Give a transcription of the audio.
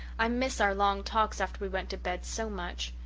i miss our long talks after we went to bed, so much.